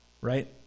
Right